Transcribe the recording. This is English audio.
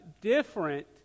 different